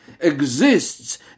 exists